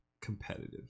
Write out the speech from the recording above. competitive